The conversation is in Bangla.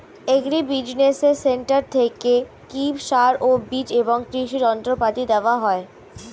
এগ্রি বিজিনেস সেন্টার থেকে কি সার ও বিজ এবং কৃষি যন্ত্র পাতি দেওয়া হয়?